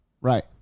Right